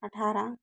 अठारह